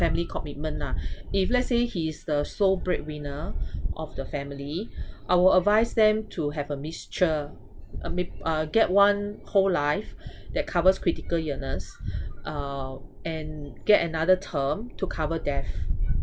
family commitment lah if let's say he's the sole breadwinner of the family I will advise them to have a mixture I mean uh get one whole life that covers critical illness uh and get another term to cover death